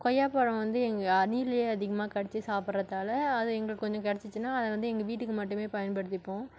கொய்யாப்பழம் வந்து எங்கே அணிலே அதிகமாக கடிச்சி சாப்பிடுறதால அதை எங்களுக்கு கொஞ்சம் கிடச்சிச்சினா அதை வந்து எங்கள் வீட்டுக்கு மட்டுமே பயன்படுத்திப்போம்